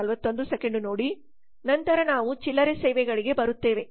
ನಂತರ ನಾವು ಚಿಲ್ಲರೆ ಸೇವೆಗಳಿಗೆ ಬರುತ್ತೇವೆ